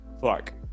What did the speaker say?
fuck